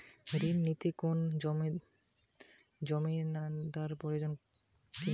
ঋণ নিতে কোনো জমিন্দার প্রয়োজন কি না?